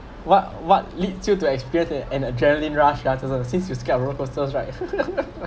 what what leads you to experience an adrenaline rush ah joseph since you scared of roller coaster right